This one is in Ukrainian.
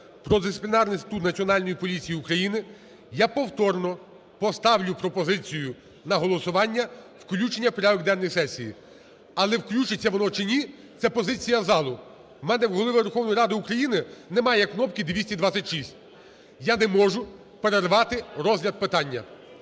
про Дисциплінарний статут Національної поліції України я повторно поставлю пропозицію на голосування включення в порядок денний сесії. Але включиться воно чи ні, це позиція залу. У мене як Голови Верховної Ради України немає кнопки "226", я не можу перервати розгляд питання,